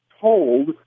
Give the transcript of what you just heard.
told